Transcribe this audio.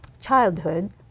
childhood